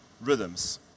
rhythms